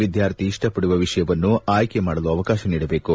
ವಿದ್ವಾರ್ಥಿ ಇಷ್ಷಪಡುವ ವಿಷಯವನ್ನು ಆಯ್ದೆ ಮಾಡಲು ಅವಕಾಶ ನೀಡಬೇಕು